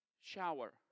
shower